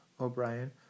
O'Brien